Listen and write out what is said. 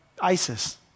ISIS